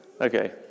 Okay